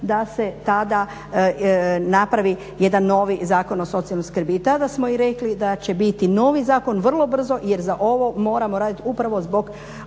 da se tada napravi jedan novi Zakon o socijalnoj skrbi i tada smo i rekli da će biti novi zakon vrlo brzo jer za ovo moramo radit upravo zbog